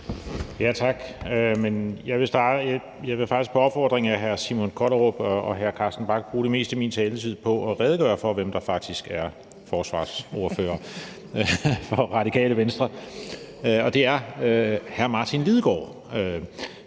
Tak. Jeg vil faktisk på opfordring af hr. Simon Kollerup og hr. Carsten Bach bruge det meste af min taletid på at redegøre for, hvem der faktisk er forsvarsordfører for Radikale Venstre. Det er hr. Martin Lidegaard